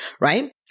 right